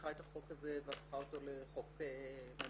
שלקחה את החוק הזה והפכה אותו לחוק ממשלתי,